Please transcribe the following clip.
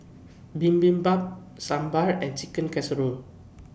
Bibimbap Sambar and Chicken Casserole